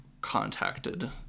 Contacted